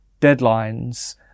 deadlines